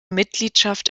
mitgliedschaft